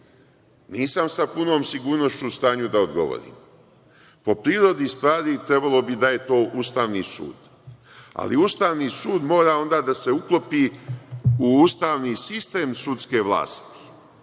nisam sa punom sigurnošću u stanju da odgovorim. Po prirodi stvari, trebalo bi da je to Ustavni sud, ali Ustavni sud mora onda da se uklopi u ustavni sistem sudske vlasti,